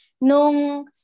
nung